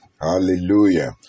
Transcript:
Hallelujah